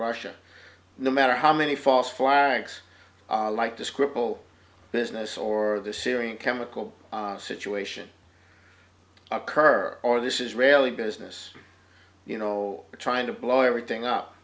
russia no matter how many false flags like the scriptural business or the syrian chemical situation occur or this israeli business you know trying to blow everything up